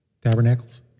tabernacles